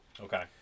Okay